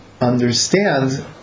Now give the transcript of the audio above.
understand